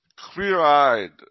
clear-eyed